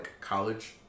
college